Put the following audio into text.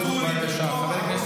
אחדות